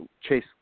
chase